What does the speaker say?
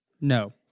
No